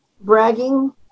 bragging